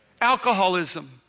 alcoholism